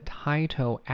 title